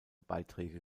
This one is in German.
beiträge